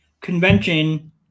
convention